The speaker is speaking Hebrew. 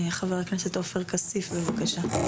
חבר הכנסת עופר כסיף, בבקשה.